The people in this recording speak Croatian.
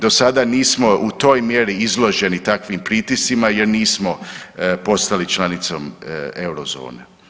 Do sada nismo u toj mjeri izloženi takvim pritiscima jer nismo postali članicom euro zone.